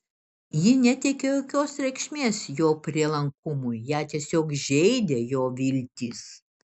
ji neteikė jokios reikšmės jo prielankumui ją tiesiog žeidė jo viltys